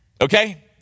Okay